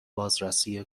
بازرسی